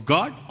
God